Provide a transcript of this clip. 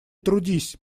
трудись